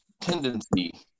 tendency